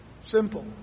Simple